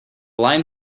line